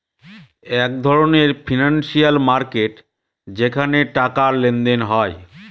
এক ধরনের financial market যেখানে টাকার লেনদেন হয়